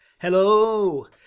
Hello